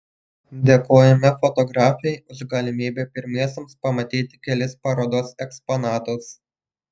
dėkojame fotografei už galimybę pirmiesiems pamatyti kelis parodos eksponatus